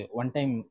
one-time